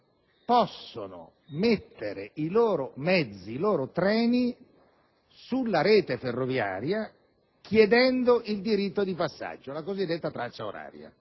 possono mettere i loro mezzi, i loro treni, sulla rete ferroviaria chiedendo il diritto di passaggio (la cosiddetta traccia oraria)